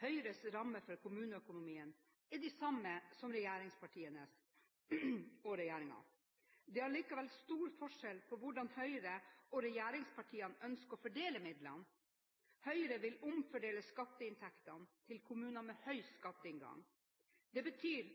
Høyres rammer for kommuneøkonomien er de samme som regjeringspartienes og regjeringens. Det er allikevel stor forskjell på hvordan Høyre og regjeringspartiene ønsker å fordele midlene. Høyre vil omfordele skatteinntektene til kommuner med høy skatteinngang. Det betyr